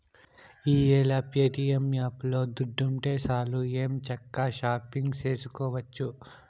ఈ యేల ప్యేటియం యాపులో దుడ్డుంటే సాలు ఎంచక్కా షాపింగు సేసుకోవచ్చు